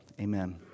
Amen